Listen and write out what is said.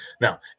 Now